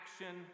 action